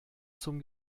zum